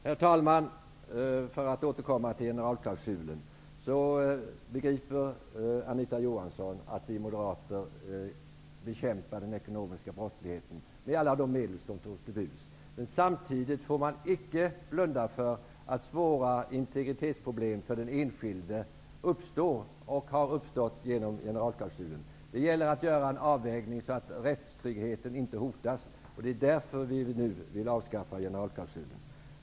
Herr talman! Jag vill återkomma till generalklausulen. Anita Johansson begriper nog att vi moderater bekämpar den ekonomiska brottsligheten med alla de medel som står oss till buds. Samtidigt får man icke blunda för att svåra integritetsproblem när det gäller den enskilde kan uppstå och har uppstått genom generalklausulen. Det gäller att göra en avvägning så, att rättstryggheten inte hotas. Det är därför som vi vill avskaffa generalklausulen.